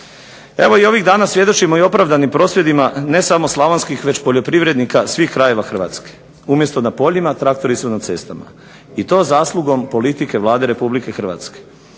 Evo i ovih dana svjedočimo i opravdanim prosvjedima, ne samo slavonskih, već poljoprivrednika svih krajeva Hrvatske. Umjesto na poljima traktori su na cestama, i to zaslugom politike Vlade Republike Hrvatske.